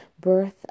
birth